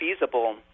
feasible